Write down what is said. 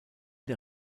der